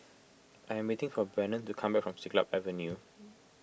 I am waiting for Brennan to come back from Siglap Avenue